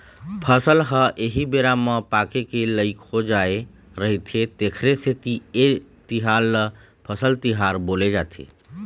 फसल ह एही बेरा म पाके के लइक हो जाय रहिथे तेखरे सेती ए तिहार ल फसल तिहार बोले जाथे